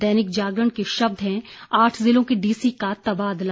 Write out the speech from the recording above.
दैनिक जागरण के शब्द हैं आठ जिलों के डीसी का तबादला